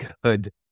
good